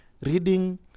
reading